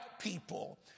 people